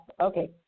Okay